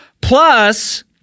Plus